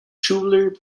schuyler